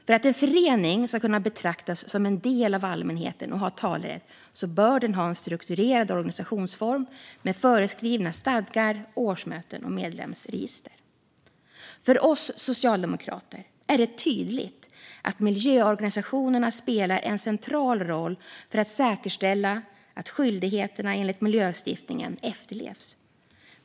För att en förening ska kunna betraktas som en del av allmänheten och ha talerätt bör den ha en strukturerad organisationsform med föreskrivna stadgar, årsmöten och medlemsregister. För oss socialdemokrater är det tydligt att miljöorganisationerna spelar en central roll för att säkerställa att skyldigheterna enligt miljölagstiftningen efterlevs.